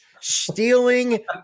stealing